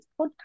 podcast